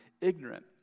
ignorant